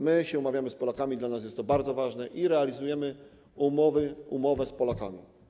My się umawiamy z Polakami, dla nas jest to bardzo ważne, i realizujemy umowy, umowę z Polakami.